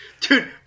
Dude